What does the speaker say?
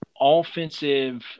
offensive